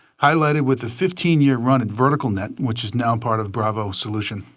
highlighted with a fifteen year run at vertical net, which is now part of bravo solution.